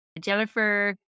Jennifer